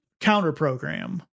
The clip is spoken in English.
counter-program